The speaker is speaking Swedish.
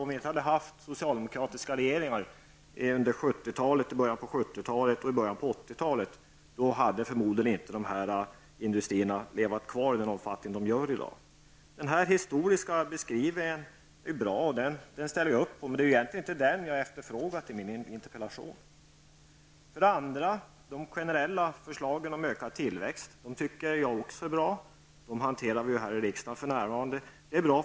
Om det inte hade varit socialdemokratiska regeringar under början av 70-talet och 80-talet, är det klart att dessa industrier förmodligen inte hade levat kvar i den omfattning som de i dag gör. Den historiska beskrivningen är bra och jag kan ställa mig bakom den. Men det är inte en sådan som jag har efterlyst i min interpellation. De generella förslagen om ökad tillväxt är också bra. Dessa förslag behandlas för närvarande här i riksdagen.